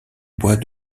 bois